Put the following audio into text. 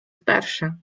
starsze